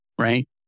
right